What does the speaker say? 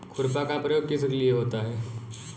खुरपा का प्रयोग किस लिए होता है?